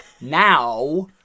now